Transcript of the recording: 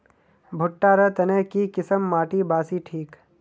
भुट्टा र तने की किसम माटी बासी ठिक?